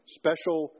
special